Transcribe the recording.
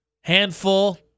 Handful